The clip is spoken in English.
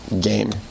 game